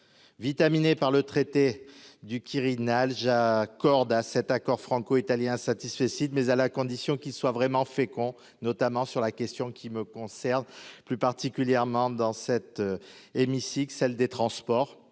vitaminé par le traité du Quirinal j'accorde à cet accord franco-italien satisfecit mais à la condition qu'il soit vraiment fécond, notamment sur la question qui me concerne plus particulièrement dans cet hémicycle, celle des transports,